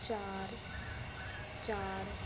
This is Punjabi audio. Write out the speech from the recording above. ਚਾਰ ਚਾਰ